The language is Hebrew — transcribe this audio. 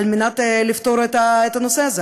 על מנת לפתור את הנושא הזה?